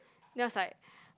then I was like